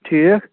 ٹھیٖک